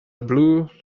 blue